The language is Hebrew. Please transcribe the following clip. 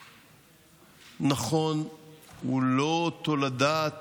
נכון, הוא לא תולדה,